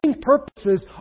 purposes